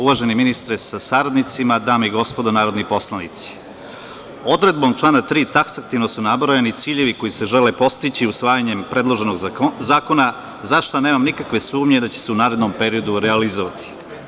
Uvaženi ministre sa saradnicima, dame i gospodo narodni poslanici, odredbom člana 3. taksativno su nabrojani ciljevi koji se žele postići usvajanjem predloženog zakona, za šta nemam nikakve sumnje da će se u narednom periodu realizovati.